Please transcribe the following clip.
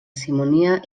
simonia